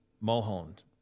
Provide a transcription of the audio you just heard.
Mulholland